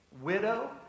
widow